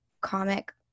comic